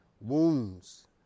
wounds